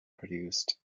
produced